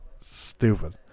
stupid